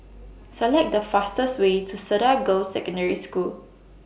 Select The fastest Way to Cedar Girls' Secondary School